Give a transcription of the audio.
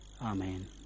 Amen